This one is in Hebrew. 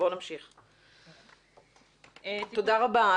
תודה רבה.